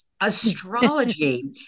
Astrology